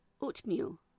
oatmeal